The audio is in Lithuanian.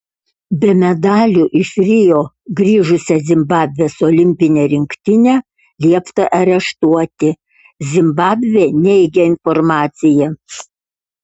be medalių iš rio grįžusią zimbabvės olimpinę rinktinę liepta areštuoti zimbabvė neigia informaciją